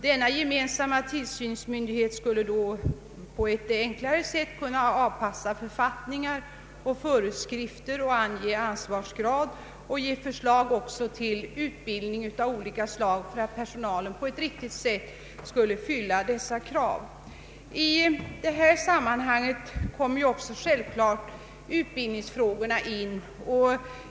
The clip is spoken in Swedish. Denna gemensamma tillsynsmyndighet skulle på ett enklare sätt kunna avpassa författningar och föreskrifter samt ange ansvarsgrad och ge förslag till utbildning av olika slag för att personalen på ett riktigt sätt skulle uppfylla uppställda krav. I detta sammanhang kommer självklart också utbildningsfrågorna in i bilden.